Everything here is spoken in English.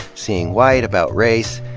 see ing white, about race,